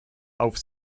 auf